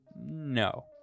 no